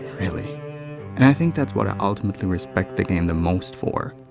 really and i think that's what i ultimately respect the game the most for.